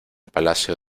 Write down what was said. palacio